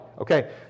okay